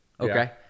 Okay